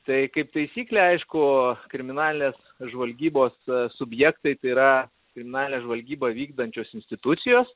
tai kaip taisyklė aišku kriminalinės žvalgybos subjektai tai yra kriminalinę žvalgybą vykdančios institucijos